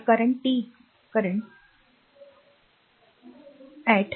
तर current T 0